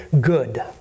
good